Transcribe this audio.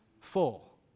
full